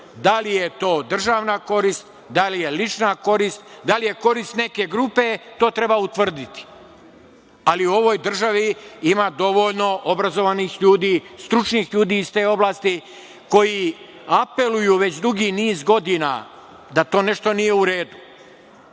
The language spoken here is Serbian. Da li je to državna korist, da li je lična korist, da li je korist neke grupe, to treba utvrditi? Ali, u ovoj državi ima dovoljno obrazovanih ljudi, stručnih ljudi iz te oblasti koji apeluju već dugi niz godina da to nešto nije u